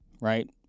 right